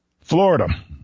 Florida